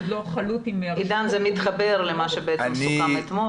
עידן, זה מתחבר למה שסוכם אתמול.